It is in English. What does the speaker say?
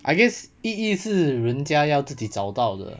I guess 意义人家要自己找到的